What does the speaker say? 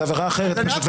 זה עבירה אחרת פשוט,